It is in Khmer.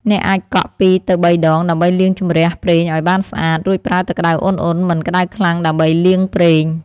អ្នកអាចកក់ ២ ទៅ ៣ ដងដើម្បីលាងជម្រះប្រេងឲ្យបានស្អាត រួចប្រើទឹកក្តៅឧណ្ហៗ (មិនក្តៅខ្លាំង) ដើម្បីលាងប្រេង។